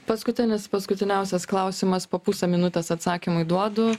paskutinis paskutiniausias klausimas po pusę minutės atsakymui duodu